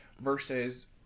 versus